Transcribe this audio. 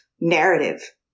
narrative